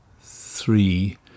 three